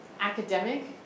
academic